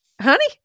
honey